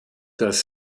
das